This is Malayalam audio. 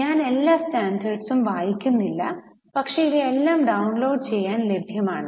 ഞാൻ എല്ലാ സ്റ്റാൻഡേർഡ്സും വായിക്കുന്നില്ല പക്ഷേ ഇവയെല്ലാം ഡൌൺലോഡ് ചെയ്യാൻ ലഭ്യമാണ്